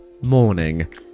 morning